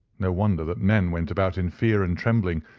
no wonder that men went about in fear and trembling,